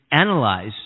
analyze